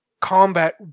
combat